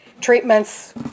treatments